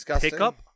pickup